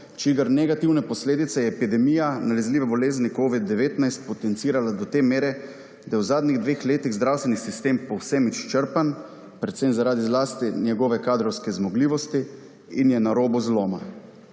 čigar negativne posledice je epidemija nalezljive bolezni covid-19 potencirala do te mere, da je v zadnjih dveh letih zdravstveni sistem povsem izčrpan, predvsem zaradi svoje kadrovske zmogljivosti, in je na robu zloma.